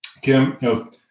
Kim